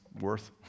worth